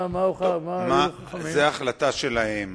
אבל אי-אפשר להפחית לגמרי.